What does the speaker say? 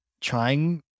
trying